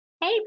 Hey